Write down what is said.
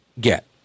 get